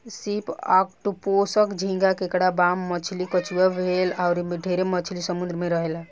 सीप, ऑक्टोपस, झींगा, केकड़ा, बाम मछली, कछुआ, व्हेल अउर ढेरे मछली समुंद्र में रहेले